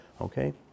Okay